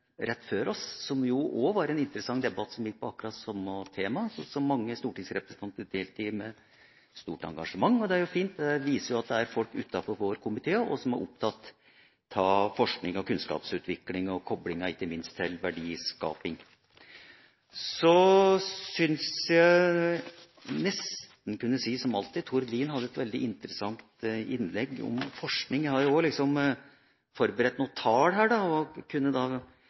rett før oss, som jo også var en interessant debatt som gikk på akkurat samme tema, og som mange stortingsrepresentanter deltok i med stort engasjement. Det er jo fint; det viser at det også er folk utenfor vår komité som er opptatt av forskning og kunnskapsutvikling og ikke minst av koblingen til verdiskapning. Så synes jeg, jeg kunne nesten si, som alltid, Tord Lien hadde et veldig interessant innlegg om forskning. Jeg har jo også forberedt noen tall her og kunne